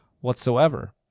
whatsoever